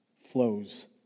flows